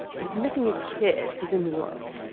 he's missing his kid, who's in new york.